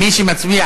כספים.